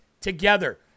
together